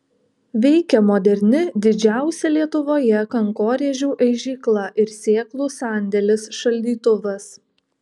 veikia moderni didžiausia lietuvoje kankorėžių aižykla ir sėklų sandėlis šaldytuvas